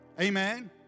Amen